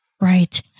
right